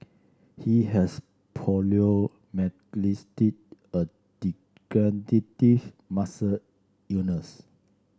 he has a muscle illness